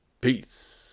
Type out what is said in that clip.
peace